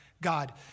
God